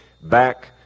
back